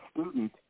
student